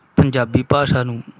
ਪੰਜਾਬੀ ਭਾਸ਼ਾ ਨੂੰ